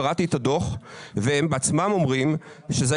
קראתי את הדוח והם בעצמם אומרים שזה